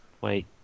Wait